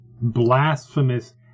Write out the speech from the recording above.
blasphemous